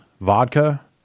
vodka